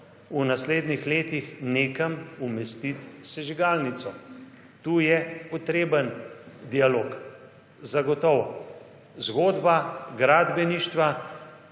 v naslednjih letih nekam umestiti sežigalnico. Tu je potreben dialog, zagotovo. Zgodba gradbeništva,